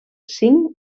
cinc